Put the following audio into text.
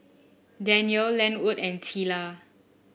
Danyel Lenwood and Teela